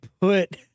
put